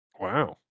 Wow